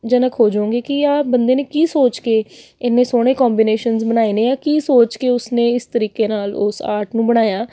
ਜਨਕ ਹੋ ਜਾਵੋਂਗੇ ਕਿ ਆਹ ਬੰਦੇ ਨੇ ਕੀ ਸੋਚ ਕੇ ਇੰਨੇ ਸੋਹਣੇ ਕੋਂਬੀਨੇਸ਼ਨ ਬਣਾਏ ਨੇ ਜਾਂ ਕੀ ਸੋਚ ਕੇ ਉਸਨੇ ਇਸ ਤਰੀਕੇ ਨਾਲ ਉਸ ਆਰਟ ਨੂੰ ਬਣਾਇਆ